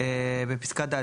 בפסקה (ד),